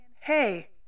hey